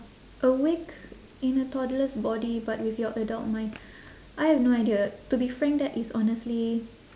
awake in a toddler's body but with your adult mind I have no idea to be frank that is honestly